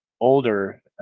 older